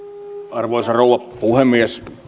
arvoisa rouva puhemies